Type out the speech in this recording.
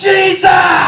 Jesus